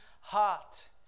heart